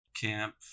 camp